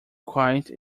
quite